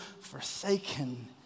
forsaken